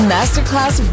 Masterclass